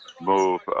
move